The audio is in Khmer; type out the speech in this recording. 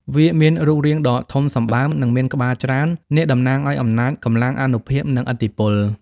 វាមានរូបរាងដ៏ធំសម្បើម និងមានក្បាលច្រើន នាគតំណាងឱ្យ អំណាច កម្លាំង អានុភាព និង ឥទ្ធិពល។